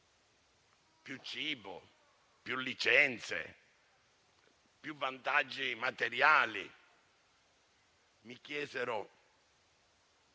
più cibo, più licenze, più vantaggi materiali; mi chiesero